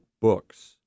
books